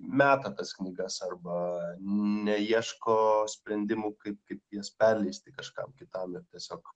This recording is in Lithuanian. meta tas knygas arba neieško sprendimų kaip kaip jas perleisti kažkam kitam ir tiesiog